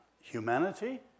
humanity